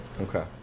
Okay